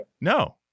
No